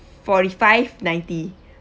forty five ninety